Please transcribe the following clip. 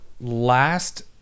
last